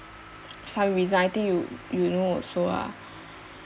some reason I think you you know also ah